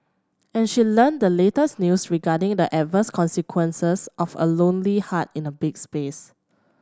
and she learnt the latest news regarding the adverse consequences of a lonely heart in a big space